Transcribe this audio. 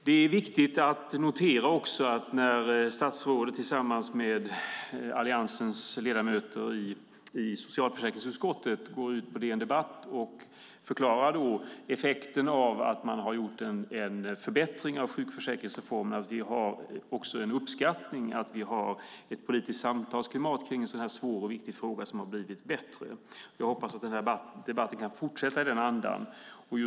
Det är också viktigt att notera att statsrådet tillsammans med Alliansens ledamöter i socialförsäkringsutskottet gått ut på DN Debatt och förklarat effekten av att man har gjort en förbättring av sjukförsäkringsreformen. Jag uppskattar att vi har ett politiskt samtalsklimat kring en sådan här svår och viktig fråga som har blivit bättre, och jag hoppas att debatten kan fortsätta i denna anda.